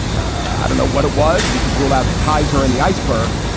i don't know what it was. we could rule out the kaiser and the iceberg,